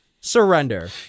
surrender